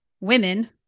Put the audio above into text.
women